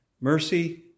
mercy